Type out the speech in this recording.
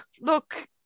look